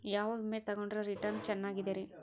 ಯಾವ ವಿಮೆ ತೊಗೊಂಡ್ರ ರಿಟರ್ನ್ ಚೆನ್ನಾಗಿದೆರಿ?